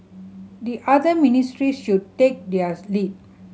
the other ministries should take theirs lead